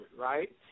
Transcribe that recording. right